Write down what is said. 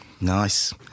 Nice